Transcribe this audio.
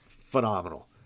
Phenomenal